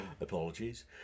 Apologies